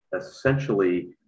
essentially